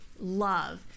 love